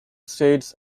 states